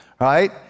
right